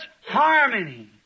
harmony